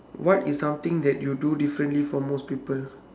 what is something that you do differently from most people